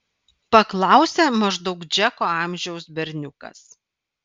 paklausė maždaug džeko amžiaus berniukas